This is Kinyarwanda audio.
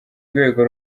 rwego